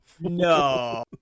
No